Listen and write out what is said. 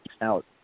out